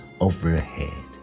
overhead